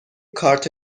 کارت